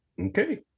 Okay